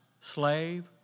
slave